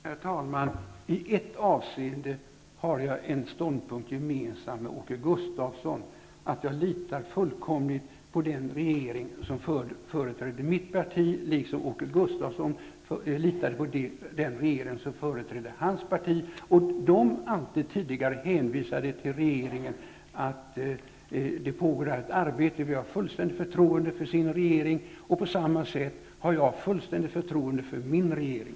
Herr talman! I ett avseende har jag en ståndpunkt gemensam med Åke Gustavsson: Jag litar fullkomligt på den regering som företräder mitt parti, liksom Åke Gustavsson litar fullkomligt på den regering som företräder hans parti. Socialdemokraterna hänvisade alltid tidigare till sin regering, till att det pågår ett arbete i regeringen, till att de har fullständigt förtroende för sin regering. På samma sätt har jag fullständigt förtroende för min regering.